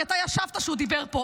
כי אתה ישבת כשהוא דיבר פה,